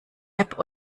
app